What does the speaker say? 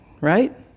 Right